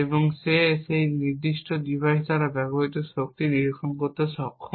এবং সে সেই নির্দিষ্ট ডিভাইসের দ্বারা ব্যবহৃত শক্তি নিরীক্ষণ করতে সক্ষম